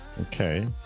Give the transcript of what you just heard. okay